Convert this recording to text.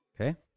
Okay